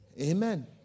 Amen